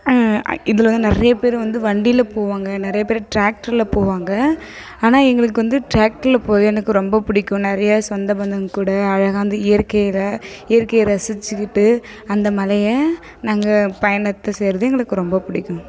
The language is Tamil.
ஐ இதில் வந்து நிறையப் பேர் வந்து வண்டியில போவாங்க நிறையப் பேர் ட்ராக்டருல போவாங்க ஆனால் எங்களுக்கு வந்து ட்ராக்டருல போக எனக்கு ரொம்ப பிடிக்கும் நிறையா சொந்த பந்தங்கூட அழகாக அந்த இயற்கையில் இயற்கையை ரசிச்சிக்கிட்டு அந்த மலையை நாங்கள் பயணத்தை செய்கிறது எங்களுக்கு ரொம்ப பிடிக்கும்